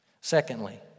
Secondly